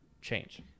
change